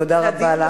תודה רבה לך.